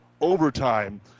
overtime